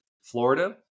Florida